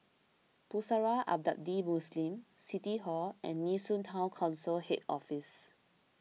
Pusara Abadi Muslim City Hall and Nee Soon Town Council Head Office